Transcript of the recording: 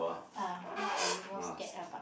ah what are you most scared about